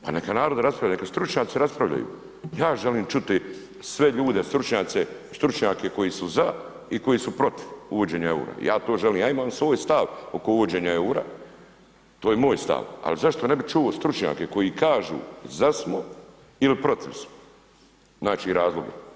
Pa neka narod raspravlja, neka stručnjaci raspravljaju, ja želim čuti sve ljude stručnjake koji su za i koji su protiv uvođenja eura, ja to želim, ja imam svoj stav oko uvođenja eura, to je moj stav ali zašto ne bi čuo stručnjake koji kažu za smo ili protiv smo, znači razloga.